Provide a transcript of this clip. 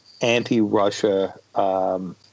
anti-Russia